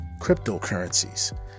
cryptocurrencies